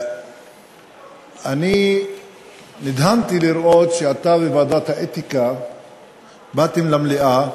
אני נדהמתי לראות שאתה וועדת האתיקה באתם למליאה